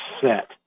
set